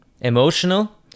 emotional